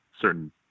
certain